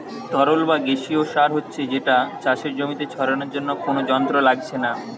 তরল বা গেসিও সার হচ্ছে যেটা চাষের জমিতে ছড়ানার জন্যে কুনো যন্ত্র লাগছে না